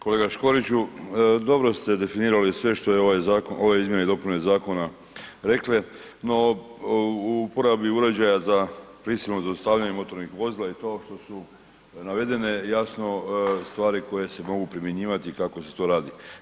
Kolega Škoriću, dobro ste definirali sve što su ove izmjene i dopune zakona rekle, no u uporabi uređaja za prisilno zaustavljanje motornih vozila i to što su navedene, jasno, stvari koje se mogu primjenjivati kako se to radi.